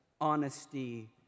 honesty